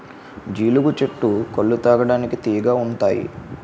జీలుగు చెట్టు కల్లు తాగడానికి తియ్యగా ఉంతాయి